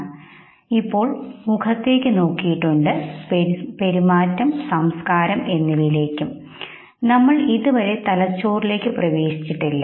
നമ്മൾ ഇപ്പോൾ മുഖത്തേക്ക് നോക്കിയിട്ടുണ്ട് പെരുമാറ്റം സംസ്കാരം നമ്മൾ ഇതുവരെ തലച്ചോറിലേക്ക് പ്രവേശിച്ചിട്ടില്ല